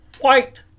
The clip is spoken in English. white